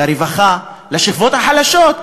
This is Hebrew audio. לרווחה, לשכבות החלשות.